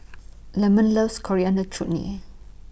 Lemon loves Coriander Chutney